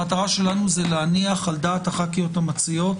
המטרה שלנו היא להניח על דעת חברות הכנסת המציעות,